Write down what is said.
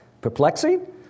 perplexing